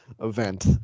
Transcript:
event